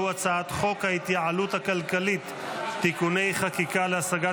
והוא הצעת חוק ההתייעלות הכלכלית (תיקוני חקיקה להשגת